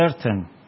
certain